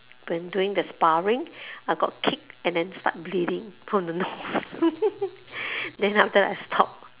when doing the sparring I got kicked and then start bleeding from the nose then after that I stopped